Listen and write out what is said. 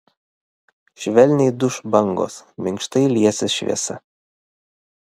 švelniai duš bangos minkštai liesis šviesa